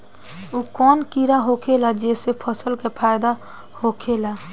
उ कौन कीड़ा होखेला जेसे फसल के फ़ायदा होखे ला?